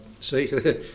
see